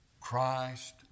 Christ